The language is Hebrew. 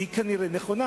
והיא כנראה נכונה.